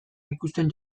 ikusten